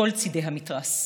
מכל צידי המתרס.